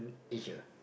eat here